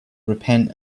repent